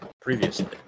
previously